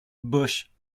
bush